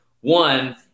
One